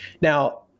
Now